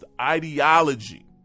ideology